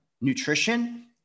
nutrition